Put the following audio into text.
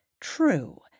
True